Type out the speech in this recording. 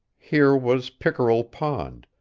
here was pickerel pond,